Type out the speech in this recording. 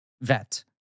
vet